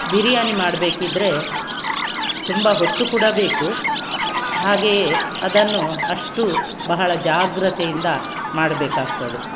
ಬಿರಿಯಾನಿ ಮಾಡಬೇಕಿದ್ರೆ ತುಂಬ ಹೊತ್ತು ಕೂಡ ಬೇಕು ಹಾಗೆಯೇ ಅದನ್ನು ಅಷ್ಟು ಬಹಳ ಜಾಗ್ರತೆಯಿಂದ ಮಾಡಬೇಕಾಗ್ತದೆ